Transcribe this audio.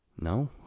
No